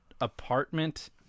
Apartment